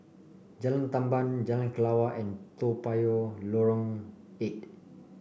Jalan Tamban Jalan Kelawar and Toa Payoh Lorong Eight